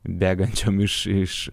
bėgančiom iš iš